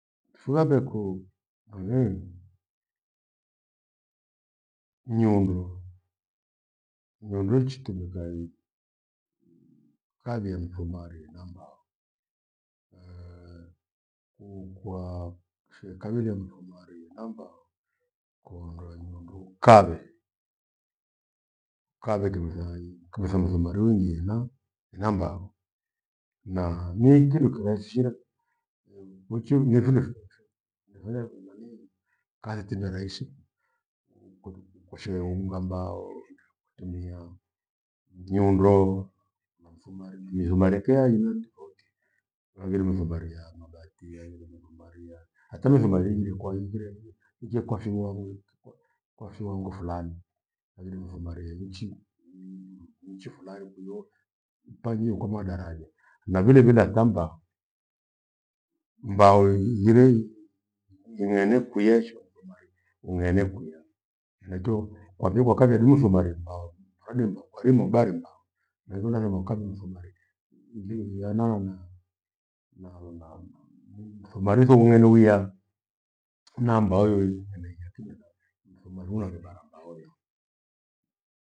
Fugha veku nyundo, nyundo ichitumika i- kavia mithumari ena mbao. ukwa shekavilia mthumari ena mbao kuondoa nyundo ukave, ukave kindo thaii kindo thomthumari uingie iena- ena mbao. Na niiki dukirahishia eh! kwaicho ni fundi firacho ucho ndefanya nekumanii khayati niwe raishi uko- duku kwashehe unga mbao ndakutumia nyundo na mthumari, mirethumari rekea aina tofauti. Vaghire mithumari ya mabati, yaghire mithumari ya hata mithumari yeghire kwaghire erie njie kwafi nua huo kwa fiwango fulani. Haghire mithumari ya nchi iwiri, inchi fulani kwioo pangiwe kwa madaraja na vile vile hata mbao. Mbao heghire i- i- inene kwia hicho mthumari unene kwiya henachio kwavikathi yadi mithumari ya mbao hadima kwarima ubare mbao henachio lathima ukave mthumari li- gheanana na- nanimthumari thio wenene huyaa namba weyeyoi kena ija kijelani mthumari ule ghegharamba hovyo